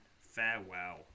farewell